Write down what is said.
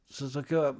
su tokio